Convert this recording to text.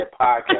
podcast